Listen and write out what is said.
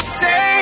say